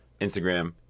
instagram